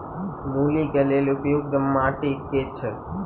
मूली केँ लेल उपयुक्त माटि केँ छैय?